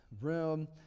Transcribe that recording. room